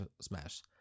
Smash